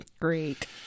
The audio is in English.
Great